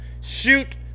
Shoot